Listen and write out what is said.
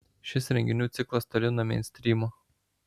šis renginių ciklas toli nuo meinstrymo